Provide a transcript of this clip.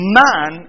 man